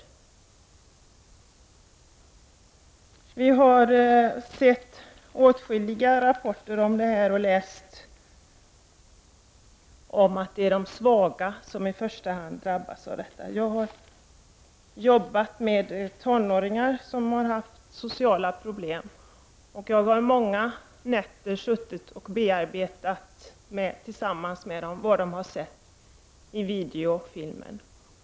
Det har kommit åtskilliga rapporter om att det är de svaga som drabbas i första hand. Jag har jobbat med tonåringar som har haft sociala problem, och jag har många nätter suttit tillsammans med dem och bearbetat vad de har sett i videofilmer.